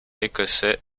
écossais